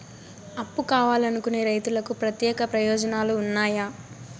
అప్పు కావాలనుకునే రైతులకు ప్రత్యేక ప్రయోజనాలు ఉన్నాయా?